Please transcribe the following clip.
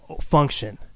function